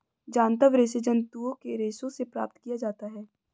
जांतव रेशे जंतुओं के रेशों से प्राप्त किया जाता है